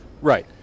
right